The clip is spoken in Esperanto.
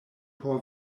por